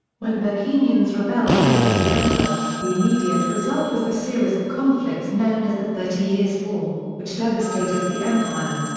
when bohemians rebelled against the emperor, the immediate result was the series of conflicts known as the thirty years' war, which devastated the empire.